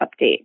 update